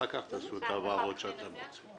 אחר כך תעשו את ההבהרות שאתם רוצים.